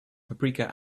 paprika